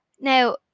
Now